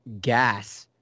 gas